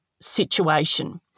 situation